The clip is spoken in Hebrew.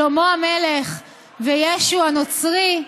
שלמה המלך וישו הנוצרי,